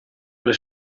alle